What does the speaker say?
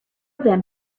then